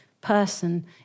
person